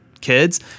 kids